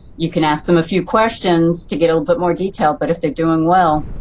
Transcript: you can ask them a few questions to get a bit more detail but if they are doing well,